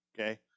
Okay